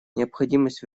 необходимость